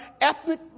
ethnic